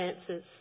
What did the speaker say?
answers